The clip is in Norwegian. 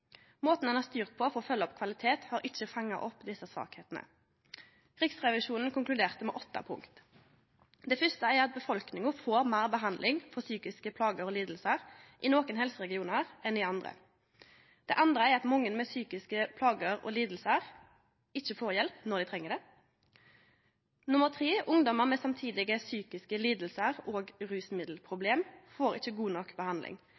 Måten ein har styrt på for å følgje opp kvalitet, har ikkje fanga opp desse svakheitene. Riksrevisjonen konkluderte med åtte punkt: Det fyrste punktet er at befolkninga får meir behandling for psykiske plager og lidingar i nokre helseregionar enn i andre. Det andre er at mange med psykiske plager og lidingar ikkje får hjelp når dei treng det. Nummer tre er at ungdomar med samtidige psykiske lidingar og rusmiddelproblem ikkje får god nok behandling.